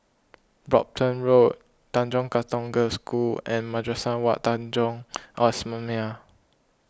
Brompton Road Tanjong Katong Girls' School and Madrasah Wak Tanjong Al Islamiah